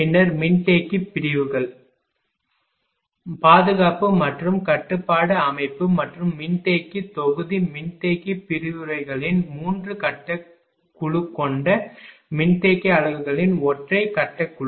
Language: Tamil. பின்னர் மின்தேக்கி பிரிவுகள் பாதுகாப்பு மற்றும் கட்டுப்பாட்டு அமைப்பு மற்றும் மின்தேக்கி தொகுதி மின்தேக்கி பிரிவுகளின் மூன்று கட்ட குழு கொண்ட மின்தேக்கி அலகுகளின் ஒற்றை கட்ட குழு